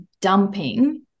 dumping